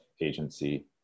agency